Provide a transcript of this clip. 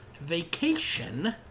vacation